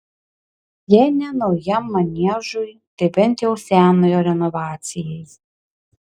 jei ne naujam maniežui tai bent jau senojo renovacijai